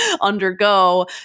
undergo